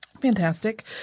fantastic